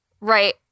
Right